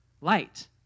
light